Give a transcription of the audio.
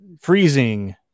freezing